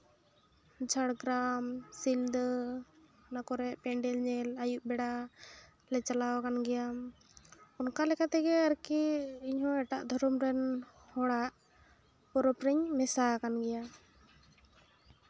ᱡᱷᱟᱲᱜᱨᱟᱢ ᱥᱤᱞᱫᱟᱹ ᱚᱱᱟ ᱠᱚᱨᱮ ᱯᱮᱱᱰᱮᱞ ᱧᱮᱞ ᱟᱭᱩᱵ ᱵᱮᱲᱟ ᱞᱮ ᱪᱟᱞᱟᱣ ᱠᱟᱱ ᱜᱮᱭᱟ ᱚᱱᱠᱟ ᱞᱮᱠᱟ ᱛᱮᱜᱮ ᱟᱨᱠᱤ ᱤᱧ ᱦᱚᱸ ᱮᱴᱟᱜ ᱫᱷᱚᱨᱚᱢ ᱨᱮᱱ ᱦᱚᱲᱟᱜ ᱯᱚᱨᱚᱵᱽ ᱨᱮᱧ ᱢᱮᱥᱟ ᱟᱠᱟᱱ ᱜᱮᱭᱟ